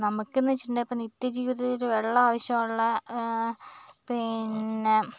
നമുക്ക് എന്ന് വെച്ചിട്ടുണ്ടേ ഇപ്പം നിത്യ ജീവിതത്തിൽ വെള്ളം ആവിശ്യമുള്ള പിന്നെ